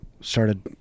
started